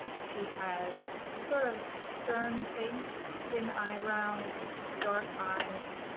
she has a sort of stern face, thin eyebrows, dark eyes